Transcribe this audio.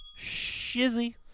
Shizzy